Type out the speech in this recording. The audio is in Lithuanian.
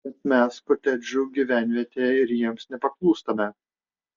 bet mes kotedžų gyvenvietė ir jiems nepaklūstame